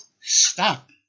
stop